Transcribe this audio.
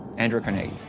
andrew carnegie,